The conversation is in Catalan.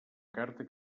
carta